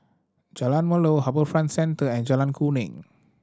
Jalan Melor HarbourFront Centre and Jalan Kuning